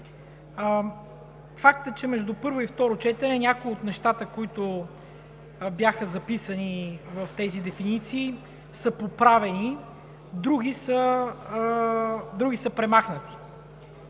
Факт е, че между първо и второ четене някои от нещата, които бяха записани в тези дефиниции, са поправени, а други – премахнати.